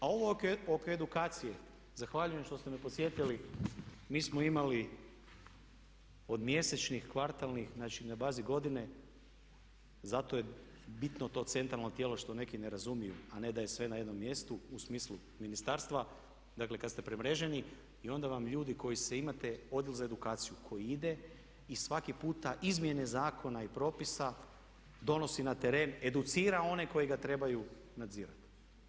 A ovo oko edukacije zahvaljujem što ste me podsjetili, mi smo imali od mjesečnih, kvartalnih, znači na bazi godine zato je bitno to centralno tijelo što neki ne razumiju, a ne da je sve na jednom mjestu u smislu ministarstva, dakle kad ste premreženi i onda vam ljudi koji se, imate odjel za edukaciju koji ide i svaki puta izmjene zakona i propisa donosi na teren, educira one koji ga trebaju nadzirati.